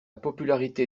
popularité